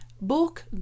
book